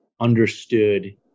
understood